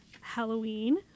Halloween